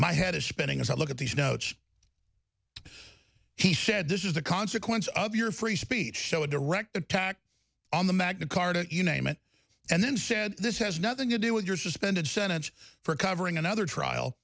my head is spinning as i look at these notes he said this is the consequence of your free speech show a direct attack on the magna carta you name it and then said this has nothing to do with your suspended sentence for covering another trial